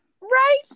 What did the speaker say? Right